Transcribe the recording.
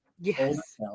Yes